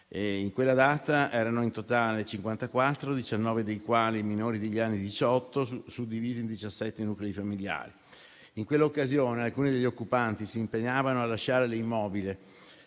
In quella data erano in totale 54,19 dei quali minori degli anni diciotto, suddivisi in 17 nuclei familiari. In quell'occasione alcuni degli occupanti si impegnavano a lasciare l'immobile,